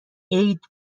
عید